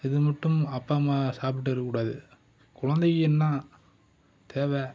இது மட்டும் அப்பா அம்மா சாப்பிட்டு இருக்க கூடாது குழந்தைக்கு என்ன தேவை